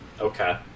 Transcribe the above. Okay